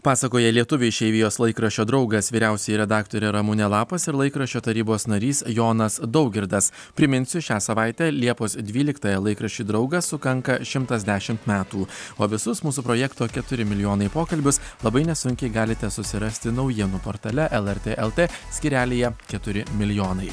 pasakoja lietuvių išeivijos laikraščio draugas vyriausioji redaktorė ramunė lapas ir laikraščio tarybos narys jonas daugirdas priminsiu šią savaitę liepos dvyliktąją laikraščiui draugas sukanka šimtas dešimt metų o visus mūsų projekto keturi milijonai pokalbius labai nesunkiai galite susirasti naujienų portale lrt lt skyrelyje keturi milijonai